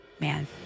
Man